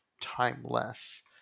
timeless